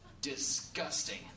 Disgusting